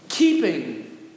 Keeping